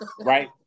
right